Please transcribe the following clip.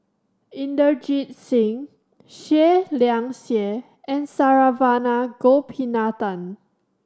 Inderjit Singh Seah Liang Seah and Saravanan Gopinathan